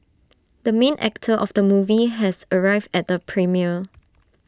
the main actor of the movie has arrived at the premiere